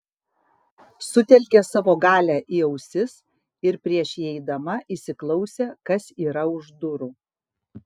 sutelkė savo galią į ausis ir prieš įeidama įsiklausė kas yra už durų